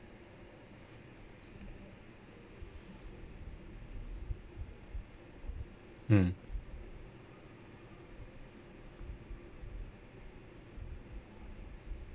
mm